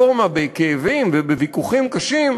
בכאבים ובוויכוחים קשים,